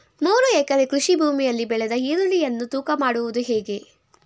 ಮೂರು ಎಕರೆ ಕೃಷಿ ಭೂಮಿಯಲ್ಲಿ ಬೆಳೆದ ಈರುಳ್ಳಿಯನ್ನು ತೂಕ ಮಾಡುವುದು ಹೇಗೆ?